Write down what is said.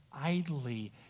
idly